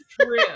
True